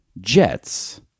jets